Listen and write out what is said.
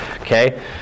okay